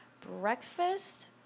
breakfast